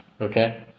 okay